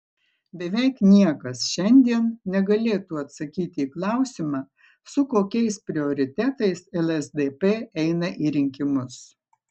beveik niekas šiandien negalėtų atsakyti į klausimą su kokiais prioritetais lsdp eina į rinkimus